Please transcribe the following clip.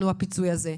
הפיצוי הזה.